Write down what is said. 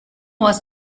was